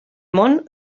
món